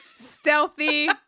stealthy